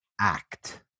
act